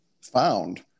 found